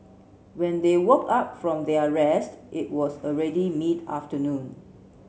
when they woke up from their rest it was already mid afternoon